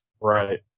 Right